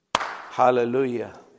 Hallelujah